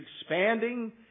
expanding